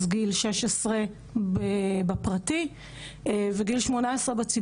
לעשות אותו מעל גיל 16 במגזר הפרטי ומעל גיל 18 בציבורי